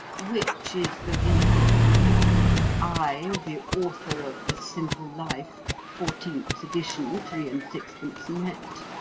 which is the real ego i, the author of the simple life fourteenth edition, three and sixpence net